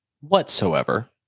whatsoever